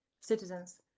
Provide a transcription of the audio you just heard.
citizens